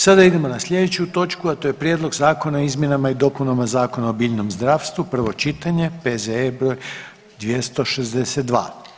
Sada idemo na sljedeću točku a to je - Prijedlog zakona o izmjenama i dopunama Zakona o biljnom zdravstvu, prvo čitanje, P.Z.E. br. 262.